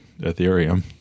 Ethereum